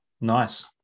Nice